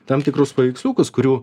tam tikrus paveiksliukus kurių